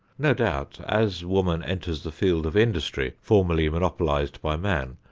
no doubt as woman enters the field of industry formerly monopolized by man,